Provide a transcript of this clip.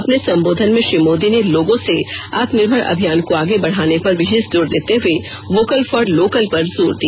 अपने संबोधन में श्री मोदी ने लोगों से आत्मनिर्भर अभियान को आगे बढ़ाने पर विषेष जोर देते हुए वोकल फॉर लोकल पर जोर दिया